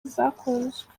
zakunzwe